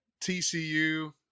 TCU